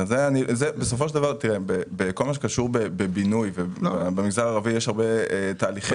כל מה שקשור בבינוי, במגזר הערבי יש הרבה תהליכים.